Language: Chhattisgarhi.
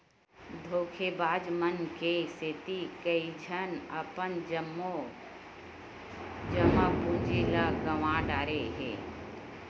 धोखेबाज मन के सेती कइझन अपन जम्मो जमा पूंजी ल गंवा डारे हे